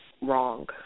wrong